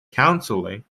counseling